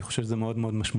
אני חושב שזה מאוד משמעותי.